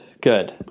good